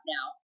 Now